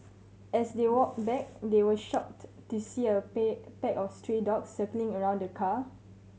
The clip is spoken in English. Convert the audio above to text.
as they walked back they were shocked to see a pack of stray dogs circling around the car